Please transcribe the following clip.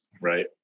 right